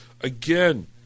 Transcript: again